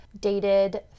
dated